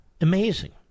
amazing